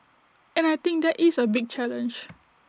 and I think that is A big challenge